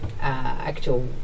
actual